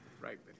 Right